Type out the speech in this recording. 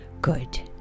good